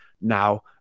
now